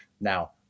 Now